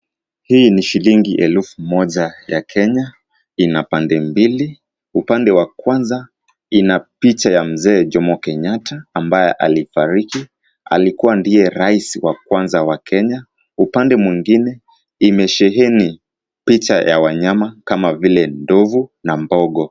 Hii ni shilingi elfu moja ya kenya, ina pande mbili, upande wa kwanze ina picha ya mzee jomo kenyatta ambaye alifariki, alikua ndiye rais wa kwanza wa kenya, upande mwingine imesheheni picha ya wanyama kama vile ndovu na mbogo.